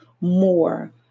more